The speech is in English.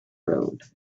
road